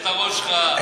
ואת הראש שלך,